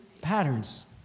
patterns